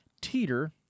Teeter